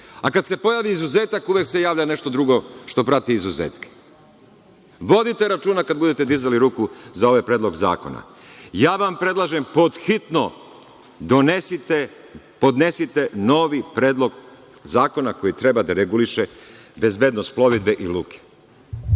a kada se pojavi izuzetak, uvek se javlja nešto drugo što prati izuzetke. Vodite računa kada budete dizali ruku za ovaj predlog zakona. Ja vam predlažem pod hitno donesite, podnesite novi predlog zakona koji treba da reguliše bezbednost plovidbe i luke.